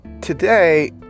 today